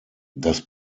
das